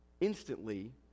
instantly